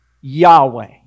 Yahweh